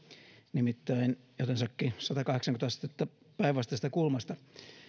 nimittäin jotensakin satakahdeksankymmentä astetta päinvastaisesta kulmasta